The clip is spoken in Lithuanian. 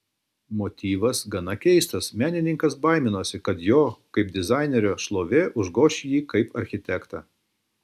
motyvas gana keistas menininkas baiminosi kad jo kaip dizainerio šlovė užgoš jį kaip architektą